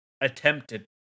attempted